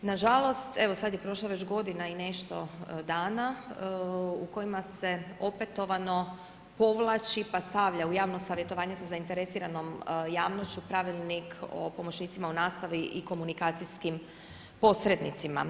Nažalost, evo sad je prošla već godina i nešto dana u kojima se opetovano povlači pa stavlja u javno savjetovanje sa zainteresiranom javnošću Pravilnik o pomoćnicima u nastavi i komunikacijskim posrednicima.